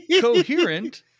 Coherent